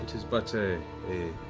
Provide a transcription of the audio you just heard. it is but a